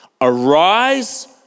Arise